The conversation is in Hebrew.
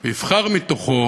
ויבחר מתוכו